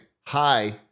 hi